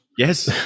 Yes